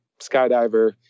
skydiver